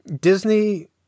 Disney